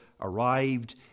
arrived